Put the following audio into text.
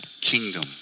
kingdom